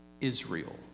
Israel